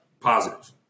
Positive